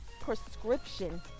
prescription